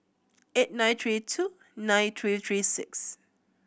eight nine three two nine three three six